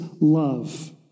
love